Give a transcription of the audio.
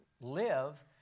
live